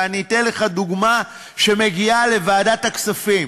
ואני אתן לך דוגמה שמגיעה לוועדת הכספים: